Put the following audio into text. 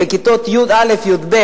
בכיתות י"א י"ב,